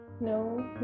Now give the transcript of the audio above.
No